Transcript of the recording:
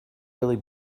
really